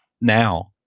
Now